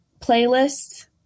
playlist